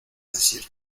decir